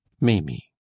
Mamie